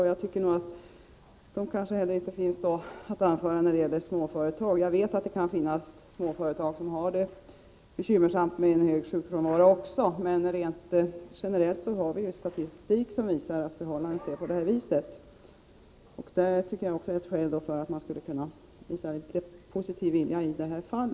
Dessa skäl kanske inte heller finns att anföra när det gäller småföretagen. Jag vet att det kan finnas småföretag som har bekymmer med en hög sjukfrånvaro, men rent generellt har vi ju statistik som visar att det förhåller sig på det här viset. Det tycker jag också är ett skäl för att man skulle kunna visa litet positiv vilja i detta fall.